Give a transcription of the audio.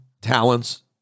talents